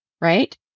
Right